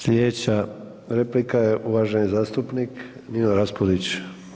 Slijedeća replika je uvaženi zastupnik Nino Raspudić.